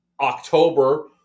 October